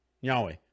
Yahweh